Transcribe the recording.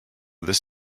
this